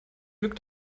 glück